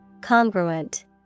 Congruent